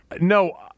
no